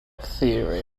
theory